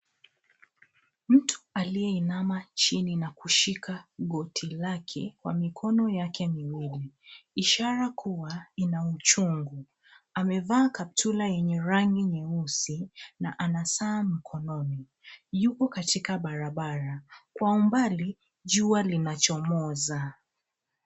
Mtu aliyeinama chini na kushika goti lake kwa mikono yake miwili, ishara kuwa ina uchungu. Amevaa kaptura yenye rangi nyeusi na ana saa mkononi. Yupo katika barabara. Kwa umbali, jua linachomoza.